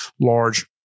large